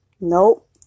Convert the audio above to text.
Nope